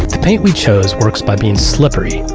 the paint we chose works by being slippery,